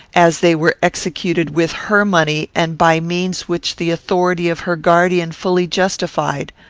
as they were executed with her money and by means which the authority of her guardian fully justified?